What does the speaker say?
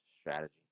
strategy